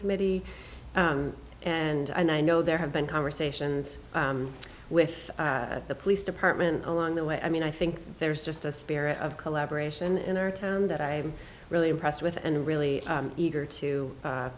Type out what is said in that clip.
committee and i know there have been conversations with the police department along the way i mean i think there's just a spirit of collaboration in our town that i'm really impressed with and really eager to